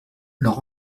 leur